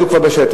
היו כבר בשטח.